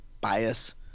bias